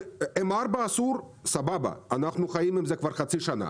M4 אסור, סבבה, אנחנו חיים עם זה כבר חצי שנה,